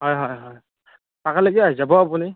হয় হয় হয় আহি যাব আপুনি